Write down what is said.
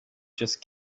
just